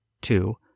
Two